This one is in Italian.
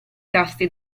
tasti